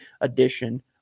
edition